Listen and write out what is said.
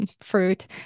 fruit